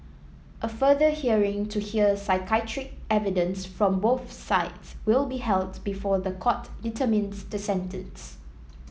a further hearing to hear psychiatric evidence from both sides will be held before the court determines the sentence